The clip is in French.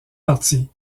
parties